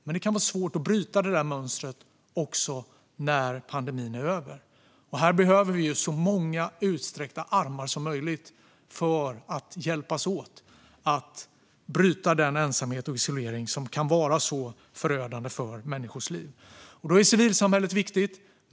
Men det kan vara svårt att bryta mönstret när pandemin är över, och här behöver vi så många utsträckta armar som möjligt för att hjälpas åt att bryta den ensamhet och isolering som kan vara så förödande för människors liv. Då är civilsamhället viktigt.